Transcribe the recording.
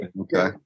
okay